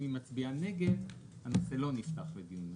אם היא מצביעה נגד, הנושא לא נפתח לדיון מחדש.